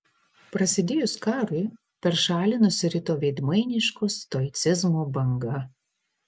prasidėjus karui per šalį nusirito veidmainiško stoicizmo banga